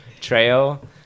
trail